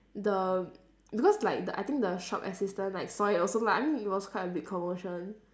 the because like the I think the shop assistant like saw it also lah I mean it was quite a big commotion